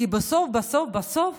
כי בסוף בסוף בסוף